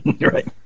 Right